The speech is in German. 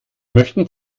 möchten